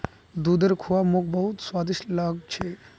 दूधेर खुआ मोक बहुत स्वादिष्ट लाग छ